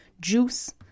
juice